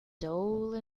dole